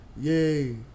yay